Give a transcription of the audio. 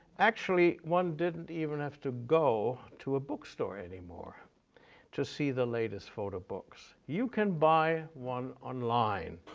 actually, one didn't even have to go to a bookstore anymore to see the latest photo books. you can buy one online,